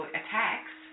attacks